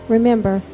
Remember